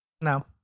No